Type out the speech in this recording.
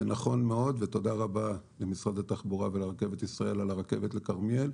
תודה רבה למשרד התחבורה ולרכבת ישראל על הרכבת לכרמיאל,